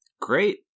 Great